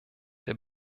der